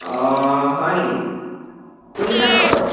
অঁ হয় নেকি কোনদিনা যাবা বাৰু